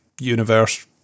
universe